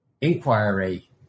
inquiry